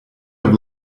have